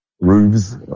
roofs